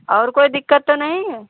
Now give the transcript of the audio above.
और कोई दिक्कत तो नहीं है